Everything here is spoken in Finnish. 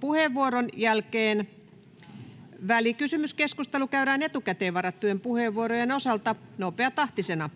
puheenvuoron jälkeen välikysymyskeskustelu käydään etukäteen varattujen puheenvuorojen osalta nopeatahtisena.